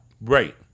Right